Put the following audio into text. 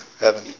Heaven